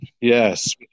Yes